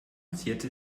zierte